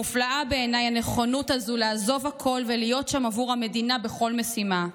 מופלאה בעיניי הנכונות הזו לעזוב הכול ולהיות שם עבור המדינה בכל משימה.